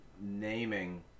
naming